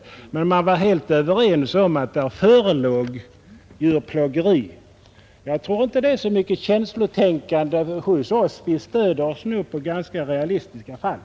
Däremot var man helt överens om att det förelåg djurplågeri. Jag tror inte det är så mycket känslotänkande hos oss, utan vi stöder oss på nog så realistiska fall.